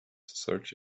search